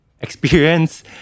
experience